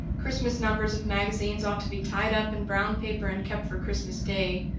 christmas numbers of magazines ought to be tied up in brown paper and kept for christmas day.